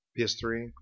PS3